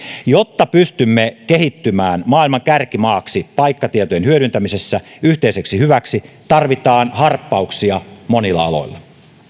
jotta pystymme kehittymään maailman kärkimaaksi paikkatietojen hyödyntämisessä yhteiseksi hyväksi tarvitaan harppauksia monilla aloilla